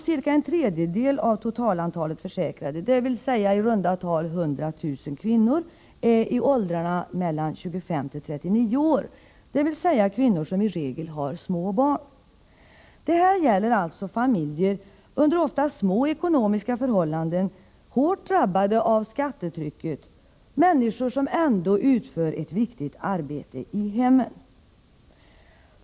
Ca en tredjedel av det totala antalet försäkrade, dvs. i runda tal 100 000 kvinnor, är i åldrarna 25-39 år, således kvinnor som i regel har små barn. Det här gäller alltså familjer under ofta små ekonomiska förhållanden, hårt drabbade av skattetrycket, men människor som utför ett viktigt arbete i hemmet.